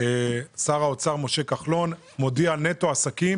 שר האוצר משה כחלון מודיע על נטו עסקים,